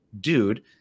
dude